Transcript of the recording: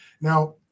Now